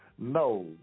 no